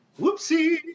whoopsie